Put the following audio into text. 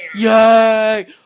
Yay